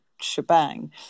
shebang